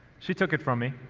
she took it from me,